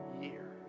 year